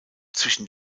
zwischen